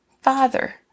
Father